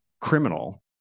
criminal